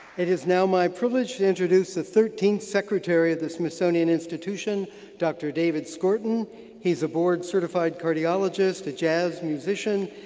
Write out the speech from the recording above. it is now my pleasure to introduce the thirteenth secretary of the smithsonian institution dr. david skorton he is a board certified cardiologist, jazz musician,